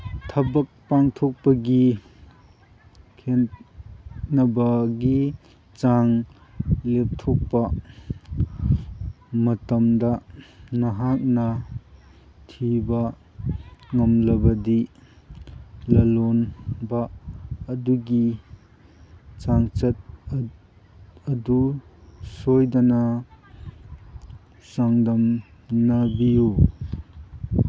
ꯊꯕꯛ ꯄꯥꯡꯊꯣꯛꯄꯒꯤ ꯈꯦꯟꯅꯕꯒꯤ ꯆꯥꯡ ꯂꯦꯞꯊꯣꯛꯄ ꯃꯇꯝꯗ ꯅꯍꯥꯛꯅ ꯊꯤꯕ ꯉꯝꯂꯕꯗꯤ ꯂꯂꯣꯟꯕ ꯑꯗꯨꯒꯤ ꯆꯥꯡꯆꯠ ꯑꯗꯨ ꯁꯣꯏꯗꯅ ꯆꯥꯡꯗꯝꯅꯕꯤꯌꯨ